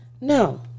No